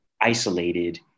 Isolated